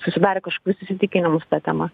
susidarę kažkokius įsitikinimus ta tema